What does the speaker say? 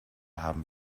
haben